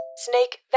Snake